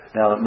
Now